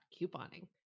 couponing